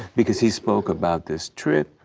because he spoke about this trip,